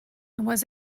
was